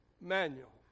manual